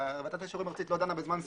ו-וועדת האישורים הארצית לא דנה בזמן סביר,